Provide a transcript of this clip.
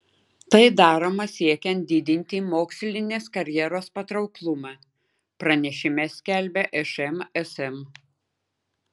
tai daroma siekiant didinti mokslinės karjeros patrauklumą pranešime skelbia šmsm